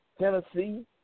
Tennessee